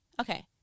Okay